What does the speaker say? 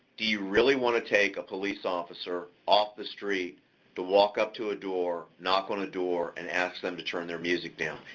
do you really want to take a police officer off the street to walk up to a door, knock on a door, and ask them to turn their music down?